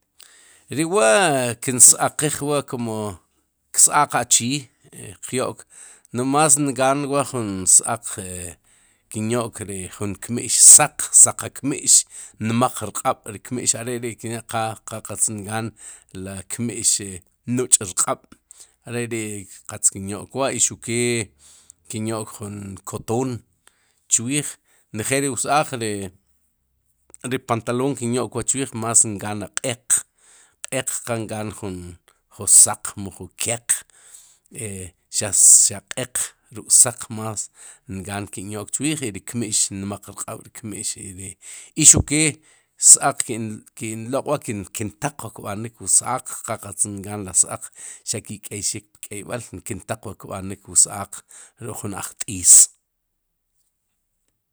ri wa kin s-aaqiij kum ks-aaq achii qyo'k no más inqan wa' jun s-aaq e kin yo'k ri jun kmi'x saq, saqa kmi'x nmaq rq'ab' ri kmi'x are'ri kin yo qa qatz nqan ri kmi'x nuch'rq'ab' are ri qatz kin yo'k wa' i xukee kin yo'k wa' i xuq kee kin yo'k jun kotoon chwiij njeel ri ws-aaq ri pantaloon ri kin yo'k wa chwiij, más iqaan ri q'eeq, q'eeq qa nqan ju saq mu ju keq e xaq q'eq ruk'saq más nqaan ki'n yo'k chwiij y ri kmi'x nmaq rq'ab' ri kmi'x ri i xuke s-aaq ki'n loq'wa kintaq wa rb'anik ws-aaq qa qatz nqaan las s-aaq xaq ki'k'eyxik pk'eyb'al kintaq wa rb'anik ws-aaq ruk'jun ajt'is.